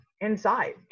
inside